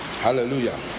Hallelujah